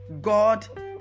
God